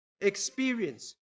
experience